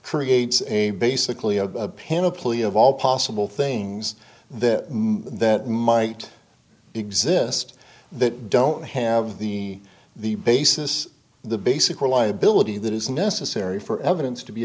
creates a basically a panoply of all possible things that that might exist that don't have the the basis the basic reliability that is necessary for evidence to be